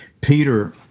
Peter